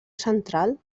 central